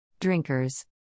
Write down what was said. Drinkers